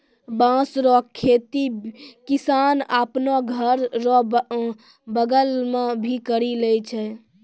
बाँस रो खेती किसान आपनो घर रो बगल मे भी करि लै छै